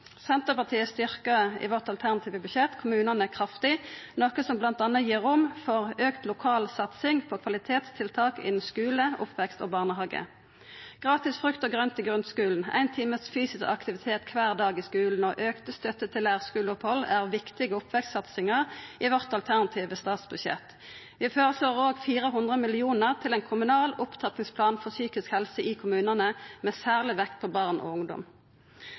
Senterpartiet styrkjer kommunane kraftig i vårt alternative budsjett, noko som bl.a. gir rom for auka lokal satsing på kvalitetstiltak innan skule, oppvekst og barnehage. Gratis frukt og grønt i grunnskulen, éin times fysisk aktivitet kvar dag i skulen og auka støtte til leirskuleopphald er viktige oppvekstsatsingar i vårt alternative statsbudsjett. Vi føreslår òg 400 mill. kr til ein kommunal opptrappingsplan for psykisk helse i kommunane, med særleg vekt på barn og ungdom.